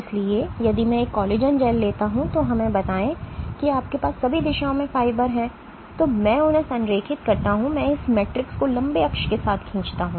इसलिए यदि मैं एक कोलेजन जेल लेता हूं तो हमें बताएं कि आपके पास सभी दिशाओं में फाइबर हैं और मैं उन्हें संरेखित करता हूं मैं इस मैट्रिक्स को लंबे अक्ष के साथ खींचता हूं